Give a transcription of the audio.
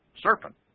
serpent